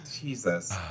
Jesus